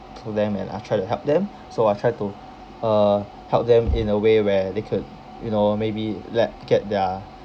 pull them and I try to help them so I try to uh help them in a way where they could you know maybe le~ get their